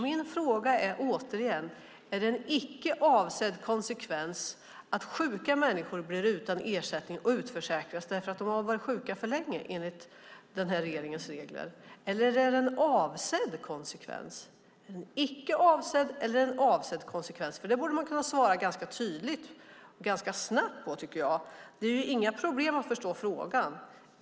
Min fråga är återigen: Är det en icke avsedd konsekvens att sjuka människor blir utan ersättning och utförsäkras därför att de har varit sjuka för länge enligt den här regeringens regler eller är det en avsedd konsekvens? Är det en icke avsedd eller en avsedd konsekvens? Jag tycker att man borde kunna svara ganska tydligt och ganska snabbt på det. Det är inga problem att förstå frågan.